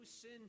sin